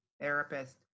therapist